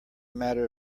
matter